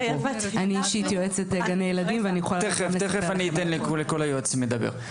אני אישית יועצת בגן ילדים ואני יכולה- תיכף אני אתן לכל היועצות לדבר.